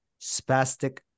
spastic